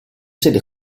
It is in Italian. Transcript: sede